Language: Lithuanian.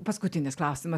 paskutinis klausimas